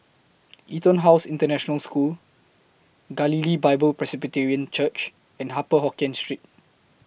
Etonhouse International School Galilee Bible Presbyterian Church and Upper Hokkien Street